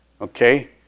Okay